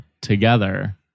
together